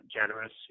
generous